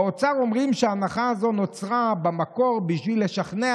באוצר אומרים שההנחה הזו נוצרה במקור בשביל לשכנע